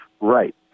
Right